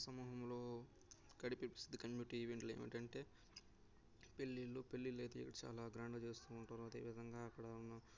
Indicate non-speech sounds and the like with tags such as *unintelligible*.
మా సమూహంలో గడిపే *unintelligible* ఈవెంట్లు ఏమిటంటే పెళ్ళిళ్ళు పెళ్ళిళ్ళు అయితే చాలా గ్రాండ్గా చేస్తూ ఉంటారు అదేవిధంగా అక్కడ ఉన్న